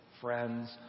friends